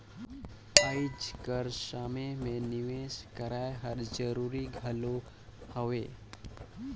आएज कर समे में निवेस करई हर जरूरी घलो हवे